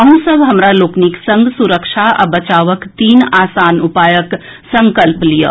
अहूँ सब हमरा लोकनिक संग सुरक्षा आ बचावक तीन आसान उपायक संकल्प लियऽ